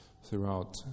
throughout